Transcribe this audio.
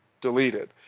deleted